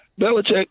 Belichick